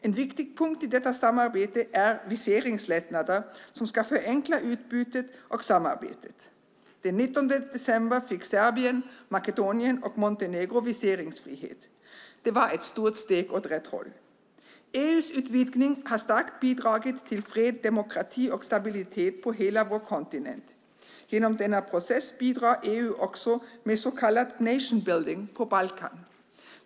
En viktig punkt i detta samarbete är viseringslättnader som ska förenkla utbytet och samarbetet. Den 19 december fick Serbien, Makedonien och Montenegro viseringsfrihet. Det var ett stort steg åt rätt håll. EU:s utvidgning har starkt bidragit till fred, demokrati och stabilitet på hela vår kontinent. Genom denna process bidrar EU också med så kallad nation-building på Balkan.